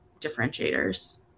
differentiators